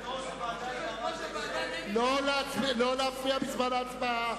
לא להפריע בזמן ההצבעה.